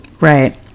Right